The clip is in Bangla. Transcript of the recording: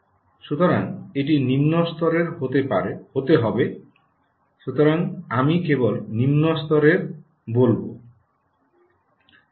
সুতরাং এটি নিম্ন স্তরের হতে হবে সুতরাং আমি কেবল নিম্ন স্তরের বলব